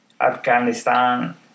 Afghanistan